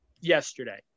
yesterday